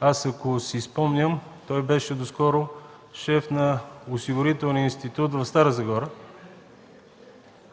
Ако си спомням, доскоро той беше шеф на Осигурителния институт в Стара Загора?!